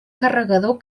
carregador